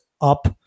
up